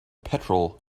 petrol